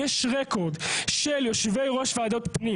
יש רקורד של יושבי ראש ועדות פנים